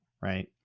right